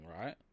right